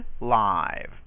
live